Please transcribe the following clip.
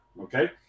okay